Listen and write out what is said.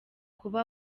kuba